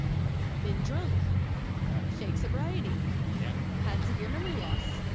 yeah. been drunk? yeah. faked sobriety? yeah. had severe memory loss?